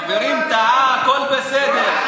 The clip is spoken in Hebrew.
חברים, טעה, הכול בסדר.